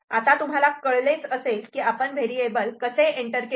आता तुम्हाला कळलेच असेल की आपण व्हेरिएबल कसे एंटर केले